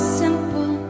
simple